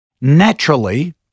Naturally